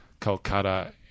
Kolkata